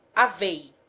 a veiga,